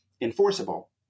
enforceable